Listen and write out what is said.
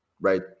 right